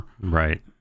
Right